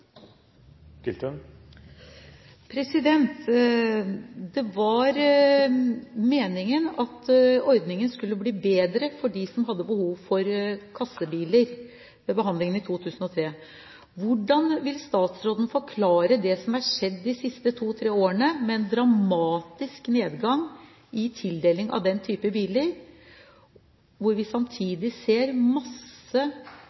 som hadde behov for kassebiler. Hvordan vil statsråden forklare det som har skjedd de siste to–tre årene? Det har vært en dramatisk nedgang i tildeling av den type biler, samtidig som vi